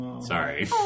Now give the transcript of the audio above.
Sorry